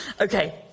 Okay